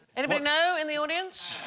anybody know in the audience?